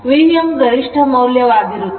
Vm ಗರಿಷ್ಠ ಮೌಲ್ಯವಾಗಿರುತ್ತದೆ